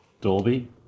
Dolby